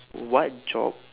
what job